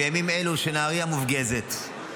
בימים אלו שנהריה מופגזת,